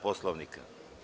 Poslovnika?